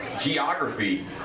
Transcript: geography